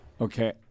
Okay